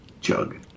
Chug